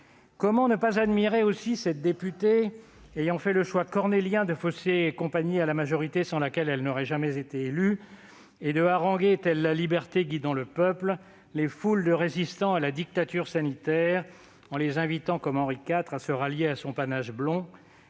Comment ne pas admirer aussi cette députée, qui a fait le choix cornélien de fausser compagnie à la majorité sans laquelle elle n'aurait jamais été élue et de haranguer, nouvelle Liberté guidant le peuple, les foules de résistants à la dictature sanitaire en les invitant, comme Henri IV, à se rallier à son panache blond